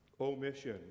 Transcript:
Omission